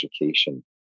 education